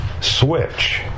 switch